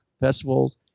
festivals